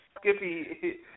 Skippy